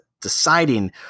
deciding